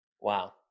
Wow